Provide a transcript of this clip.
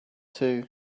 too